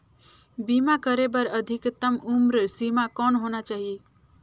बीमा करे बर अधिकतम उम्र सीमा कौन होना चाही?